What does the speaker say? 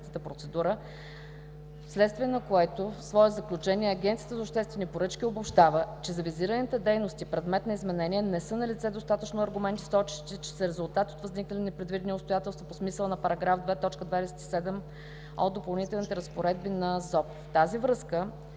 В тази връзка